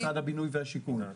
משרד הבינוי והשיכון,